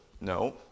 No